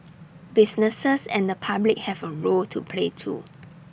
businesses and the public have A role to play too